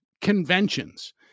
conventions